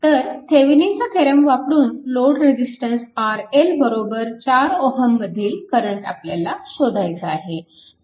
तर थेविनिनचा थेरम वापरून लोड रेजिस्टन्स RL 4 Ω मधील करंट आपल्याला शोधायचा आहे